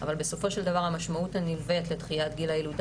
אבל בסופו של דבר המשמעות הנלווית לדחיית גיל הילודה